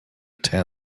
tent